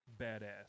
badass